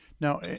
Now